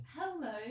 hello